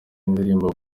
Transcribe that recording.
y’indirimbo